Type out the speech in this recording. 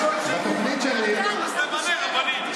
אז תמנה רבנים.